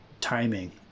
timing